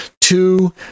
Two